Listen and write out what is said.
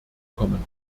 kommen